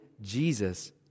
Jesus